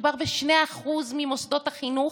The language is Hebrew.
מדובר ב-2% ממוסדות החינוך,